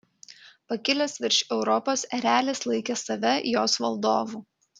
pakilęs virš europos erelis laikė save jos valdovu